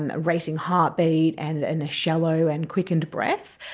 and racing heartbeat and and a shallow and quickened breath,